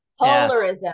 Polarism